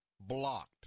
blocked